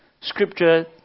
Scripture